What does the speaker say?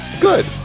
good